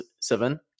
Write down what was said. seven